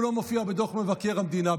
הוא לא מופיע בדוח מבקר המדינה.